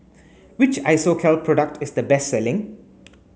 which Isocal product is the best selling